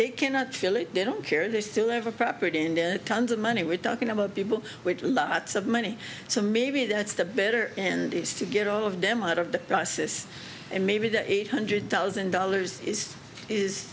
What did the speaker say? they cannot feel it didn't care they still have a property and tons of money we're talking about people with lots of money so maybe that's the better end to get all of them out of the crisis and maybe the eight hundred thousand dollars is is